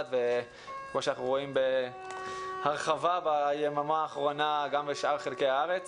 וכפי שאנחנו רואים בהרחבה ביממה האחרונה גם בשאר חלקי הארץ.